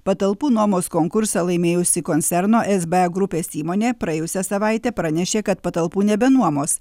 patalpų nuomos konkursą laimėjusi koncerno sba grupės įmonė praėjusią savaitę pranešė kad patalpų nebenuomos